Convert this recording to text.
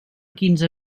quinze